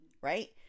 Right